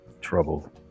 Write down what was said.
Trouble